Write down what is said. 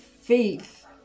faith